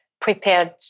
prepared